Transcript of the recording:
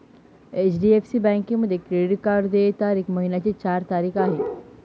HDFC बँकेमध्ये credit card देय तारीख महिन्याची चार तारीख आहे